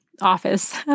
office